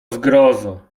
zgrozo